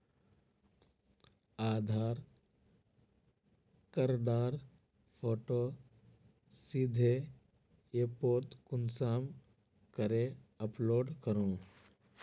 आधार कार्डेर फोटो सीधे ऐपोत कुंसम करे अपलोड करूम?